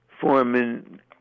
Foreman